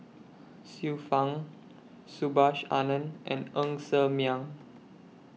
Xiu Fang Subhas Anandan and Ng Ser Miang